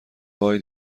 وای